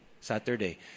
Saturday